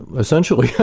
essentially, yeah